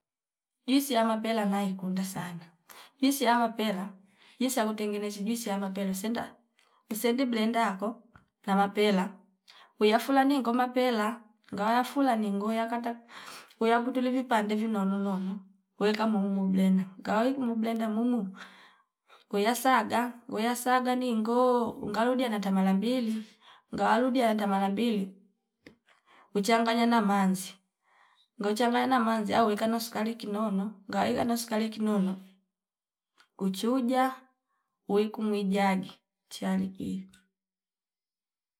Juisi ya mapel naikunda sana juisi ya mapela juisi yamo tengenezi juisi ya mapela sinda isendi blenda ko amapela kwia fula ningo ngoma pela ngawa fula ningoya kata uya kutuliv vipande vinonono kueka muumo blenda ngawa kumu blenda muumu ngoya saga ngoya saga ningo ungalodia natamala mbili ngawaludia yanta mala mbili uchanganya na manzi ngauchanganya na manzi au weka no sukari kinono ngawika no sukari kinono kuchuja wiku mwi jagi chia likwimi